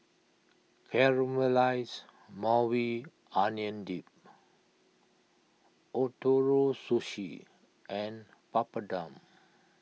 Caramelized Maui Onion Dip Ootoro Sushi and Papadum